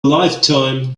lifetime